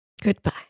Goodbye